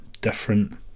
different